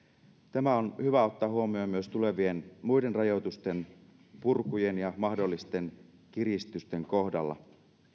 tämä on hyvä ottaa huomioon myös tulevien muiden rajoitusten purkujen ja mahdollisten kiristysten kohdalla